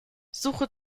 suche